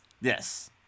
Yes